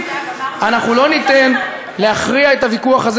אנחנו נמשיך לנהל את הוויכוח,